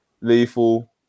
Lethal